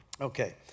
Okay